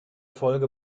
folge